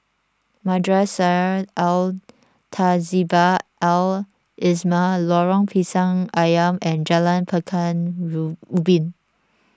Madrasah Al Tahzibiah Al Islamiah Lorong Pisang Asam and Jalan Pekan Ubin